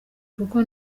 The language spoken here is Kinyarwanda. kuko